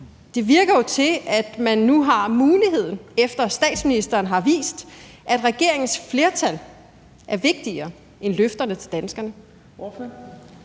Det virker jo, som om man nu har muligheden, efter at statsministeren har vist, at regeringens flertal er vigtigere end løfterne til danskerne.